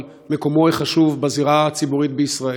על מקומו החשוב בזירה הציבורית בישראל.